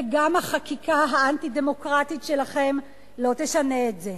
וגם החקיקה האנטי-דמוקרטית שלכם לא תשנה את זה.